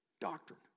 Doctrine